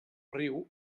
riu